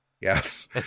yes